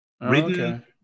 Written